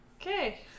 Okay